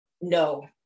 no